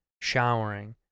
showering